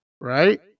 Right